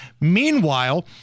Meanwhile